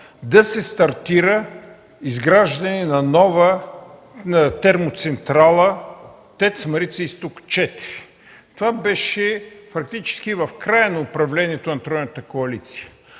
да се стартира изграждане на нова термоцентрала ТЕЦ „Марица Изток 4”. Това беше фактически в края на управлението на